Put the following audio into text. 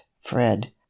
Fred